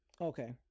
Okay